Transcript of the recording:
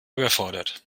überfordert